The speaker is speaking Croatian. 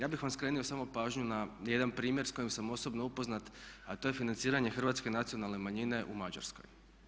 Ja bih vam skrenuo samo pažnju na jedna primjer s kojim sam osobno upoznat a to je financiranje hrvatske nacionalne manjine u Mađarskoj.